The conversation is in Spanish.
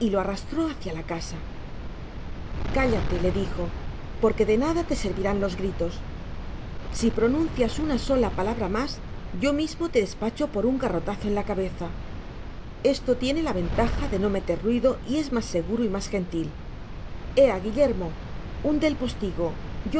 lo arrastró hacia la casa cállatele dijo porque de nada te servirán los gritos si pronuncias una sola palabra mas yo mismo te despacho por un garrotazo en la cabeza esto tiene la ventaja de no meter ruido y es mas seguro y mas gentil ea guillermo hunde el postigo